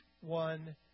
one